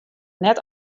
net